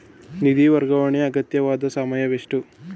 ನಿಧಿ ವರ್ಗಾವಣೆಗೆ ಅಗತ್ಯವಾದ ಸಮಯವೆಷ್ಟು?